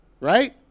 Right